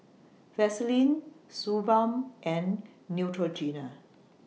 Vaselin Suu Balm and Neutrogena